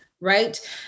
right